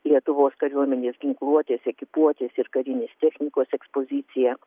lietuvos kariuomenės ginkluotės ekipuotės ir karinės technikos ekspoziciją